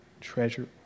treasure